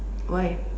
why